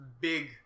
big